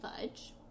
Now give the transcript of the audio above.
fudge